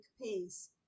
pace